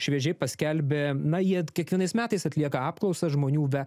šviežiai paskelbė na jie kiekvienais metais atlieka apklausas žmonių be